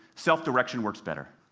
self-direction works better.